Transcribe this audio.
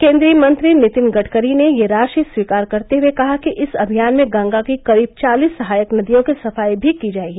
केन्द्रीय मंत्री नितिन गडकरी ने यह राशि स्वीकार करते हुए कहा कि इस अभियान में गंगा की करीब चालिस सहायक नदियों की सफाई भी की जायेगी